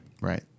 right